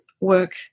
work